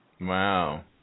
Wow